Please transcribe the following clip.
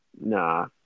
Nah